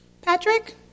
Patrick